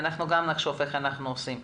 ואנחנו גם נחשוב איך אנחנו עושים את זה.